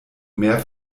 mehr